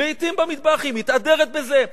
היא מתהדרת בזה.